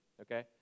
okay